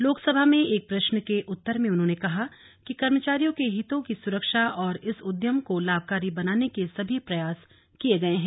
लोकसभा में एक प्रश्न के उत्तर में उन्होंने कहा कि कर्मचारियों के हितों की सुरक्षा और इस उद्यम को लाभकारी बनाने के सभी प्रयास किये गए हैं